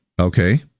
Okay